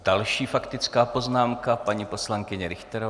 Další faktická poznámka paní poslankyně Richterová.